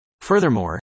Furthermore